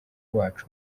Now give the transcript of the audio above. wacu